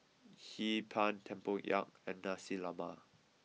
Hee Pan Tempoyak and Nasi Lemak